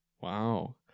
Wow